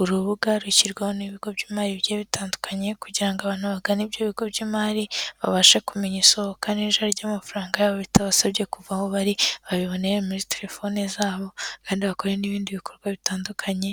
Urubuga rushyirwaho n'ibigo by'imari byari bitandukanye kugira ngo abantu bagane ibyo ibigo by'imari, babashe kumenya isohoka n'iyinjira ry'amafaranga yabo bitabasabye kuva aho bari babiboneye muri telefoni zabo kandi bakore n'ibindi bikorwa bitandukanye